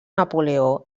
napoleó